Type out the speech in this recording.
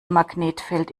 magnetfeld